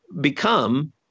become